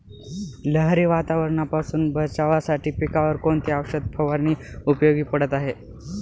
लहरी वातावरणापासून बचावासाठी पिकांवर कोणती औषध फवारणी उपयोगी पडत आहे?